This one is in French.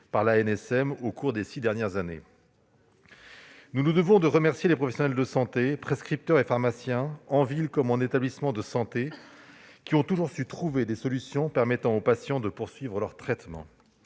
par l'ANSM au cours des six dernières années. Nous nous devons de remercier les professionnels de santé, prescripteurs et pharmaciens, en ville comme en établissements de santé, qui ont toujours su trouver des solutions permettant aux patients de poursuivre leur traitement.